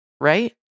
right